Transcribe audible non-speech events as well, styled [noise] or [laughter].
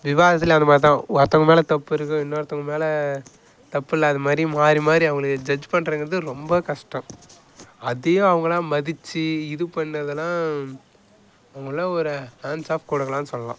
விவாதத்தில் அந்த மாதிரி தான் ஒருத்தங்க மேலே தப்பு இருக்கும் இன்னொருத்தங்க மேலே தப்பு இல்லாத மாதிரியும் மாறி மாறி அவங்கள ஜட்ஜ் பண்றதுங்கிறது ரொம்ப கஷ்டம் அதையும் அவுங்கள மதித்து இது பண்ணுறதெல்லாம் [unintelligible] ஒரு ஹேன்ஸ் ஆஃப் குடுக்கலாம்னு சொல்லலாம்